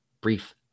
brief